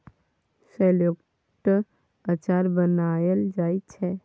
शेलौटक अचार बनाएल जाइ छै